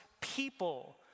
people